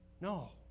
No